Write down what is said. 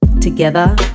Together